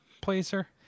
placer